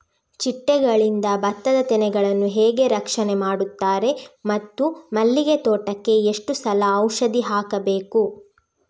ಚಿಟ್ಟೆಗಳಿಂದ ಭತ್ತದ ತೆನೆಗಳನ್ನು ಹೇಗೆ ರಕ್ಷಣೆ ಮಾಡುತ್ತಾರೆ ಮತ್ತು ಮಲ್ಲಿಗೆ ತೋಟಕ್ಕೆ ಎಷ್ಟು ಸಲ ಔಷಧಿ ಹಾಕಬೇಕು?